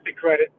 credit